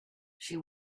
she